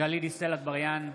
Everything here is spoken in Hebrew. (קורא בשם חברת הכנסת) גלית דיסטל אטבריאן,